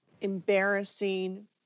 embarrassing